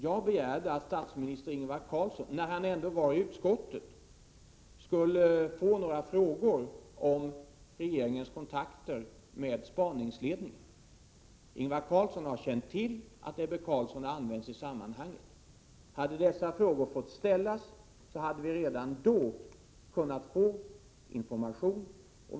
Jag begärde att statsminister Ingvar Carlsson, när han ändå var i utskottet, skulle få några frågor om regeringens kontakter med spaningsledningen. Ingvar Carlsson har känt till att Ebbe Carlsson har använts i sammanhanget. Hade dessa frågor fått ställas, hade vi redan då kunnat få information.